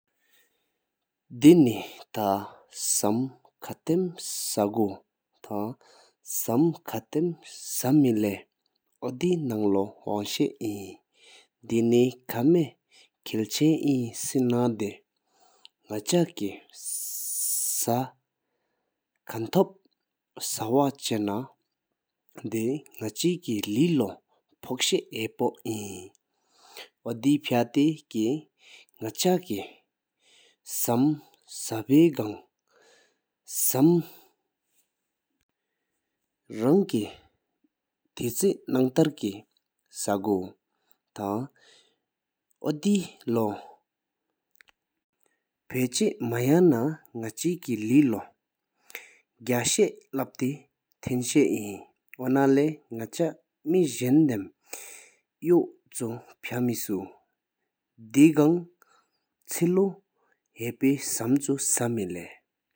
དེ་ནེ་ཐ་སམ་ཁ་ཐམ་ཤ་གོ་ཐང་སམ་ཁ་ཐམ་ཤ་སྨེ་ལེའོ་དེ་ནང་ལོ་ཧོང་ཤ་ཨིན། དེ་ནེ་ཁ་སྨེ་ཁལ་ཆེན་ཨིན་སེ་ན་དེ་ནག་ཅ་སྐད་ཤ་དཁའན་ཐོབ་ཤ་བ་ཅན་དེ་ནག་ཆེ་ལེ་ལོ་ཕོག་ཤ་ཧ་ཕོ་ཨིན། འོ་དེ་ཕ་དེ་སྐད་ནག་ཅ་སྐད་ཤར་ཤ་བྱང་སམ་རང་ཀེ་ཐེ་ཆེ་ནང་ཐར་ཁེ་ཤ་གོ། ཐང་འོ་དེ་ལོ་ཕ་ཆེན་མ་ཡན་ན་ནག་ཆེ་ལེ་ལོ་གྱ་ཤ་ལབ་དེ་ཐན་ཤ་ཨིན། འོ་ན་ལེ་ནག་ཅ་མེ་ཟན་དེམ་ཡོའོ་ཕ་མེ་སུ་དེ་གང་ཆེ་ལུས་ཧ་བེ་སམ་ཆེ་ཤ་མེ་ལེ།